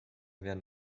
während